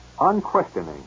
Unquestioning